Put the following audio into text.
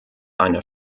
einer